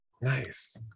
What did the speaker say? nice